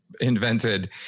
invented